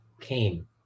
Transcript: came